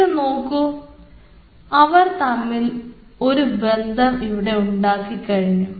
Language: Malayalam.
ഇതു നോക്കൂ അവർ തമ്മിൽ ഒരു ബന്ധം ഇവിടെ ഉണ്ടായിക്കഴിഞ്ഞു